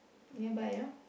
nearby